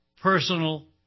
personal